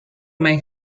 may